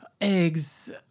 eggs